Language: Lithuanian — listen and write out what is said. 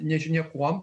nežinia kuom